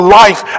life